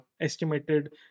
estimated